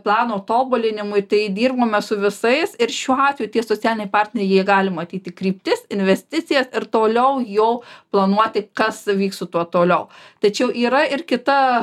plano tobulinimui tai dirbome su visais ir šiuo atveju tie socialiniai partneriai jie gali matyti kryptis investicijas ir toliau jau planuoti kas vyks su tuo toliau tačiau yra ir kita